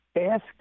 ask